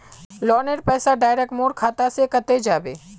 लोनेर पैसा डायरक मोर खाता से कते जाबे?